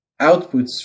outputs